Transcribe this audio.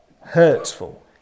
hurtful